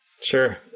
Sure